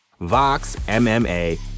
VoxMMA